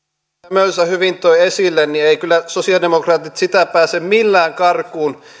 mölsä hyvin toi esille sosialidemokraatit eivät kyllä sitä pääse millään karkuun